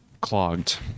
clogged